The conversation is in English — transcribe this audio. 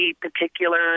particular